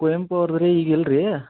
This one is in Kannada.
ಕುವೆಂಪು ಅವ್ರ್ದು ರೀ ಈಗ ಇಲ್ಲ ರೀ